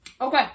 okay